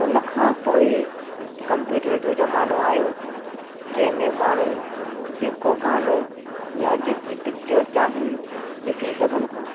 उनखां पोइ कम्प्यूटर जो ज़मानो आहियो जंहिंमें माण्हू जेको गानो या जेकी पिकिचरु चाहिनि ॾिसी सघनि था